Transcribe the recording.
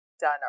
Done